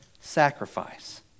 sacrifice